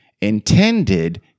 intended